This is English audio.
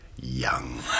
young